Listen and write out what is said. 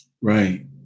Right